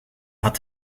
had